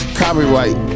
copyright